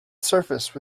surface